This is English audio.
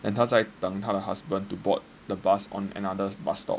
and 他在等他的 husband to board the bus on another bus stop